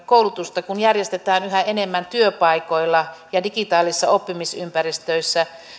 koulutusta järjestetään yhä enemmän työpaikoilla ja digitaalisissa oppimisympäristöissä